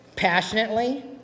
passionately